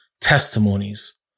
testimonies